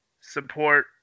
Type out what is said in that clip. support